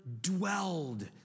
dwelled